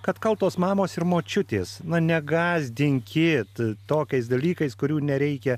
kad kaltos mamos ir močiutės na negąsdinkit tokiais dalykais kurių nereikia